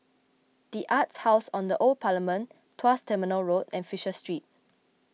the Arts House on the Old Parliament Tuas Terminal Road and Fisher Street